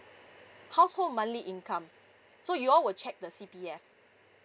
household monthly income so you all will check the C_P_F